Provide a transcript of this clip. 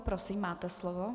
Prosím, máte slovo.